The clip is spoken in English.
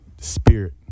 spirit